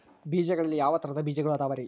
ಬೇಜಗಳಲ್ಲಿ ಯಾವ ತರಹದ ಬೇಜಗಳು ಅದವರಿ?